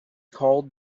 called